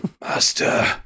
Master